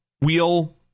wheel